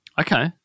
Okay